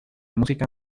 música